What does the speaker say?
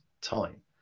time